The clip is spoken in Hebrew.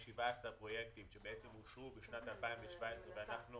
יש 17 פרויקטים שאושרו בשנת 2017 ואנחנו